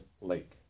lake